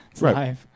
Right